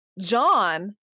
John